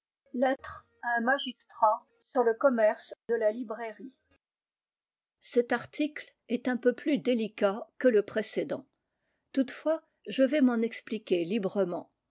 tacites cet article est un peu plus délicat que le précédent toutefois je vais m'en expliquer librement